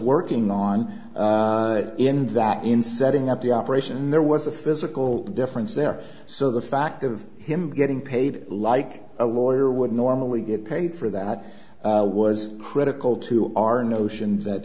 working on in that in setting up the operation and there was a physical difference there so the fact of him getting paid like a lawyer would normally get paid for that was critical to our notion that